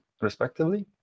respectively